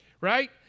right